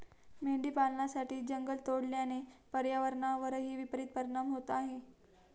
मेंढी पालनासाठी जंगल तोडल्याने पर्यावरणावरही विपरित परिणाम होत आहे